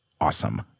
awesome